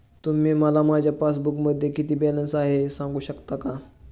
तुम्ही मला माझ्या पासबूकमध्ये किती बॅलन्स आहे हे सांगू शकता का?